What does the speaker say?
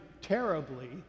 terribly